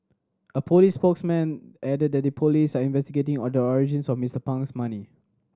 a police spokesman added that the police are investigating on the origins of Mister Pang's money